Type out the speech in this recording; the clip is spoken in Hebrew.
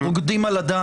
רוקדים על הדם.